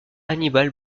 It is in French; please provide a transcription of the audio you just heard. hannibal